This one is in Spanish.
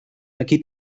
aquí